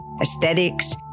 aesthetics